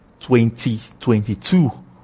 2022